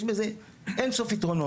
יש בזה אין סוף יתרונות,